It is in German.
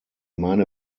meine